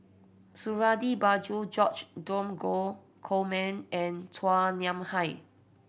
Suradi Parjo George Dromgold Coleman and Chua Nam Hai